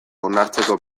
onartzeko